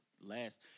last